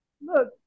Look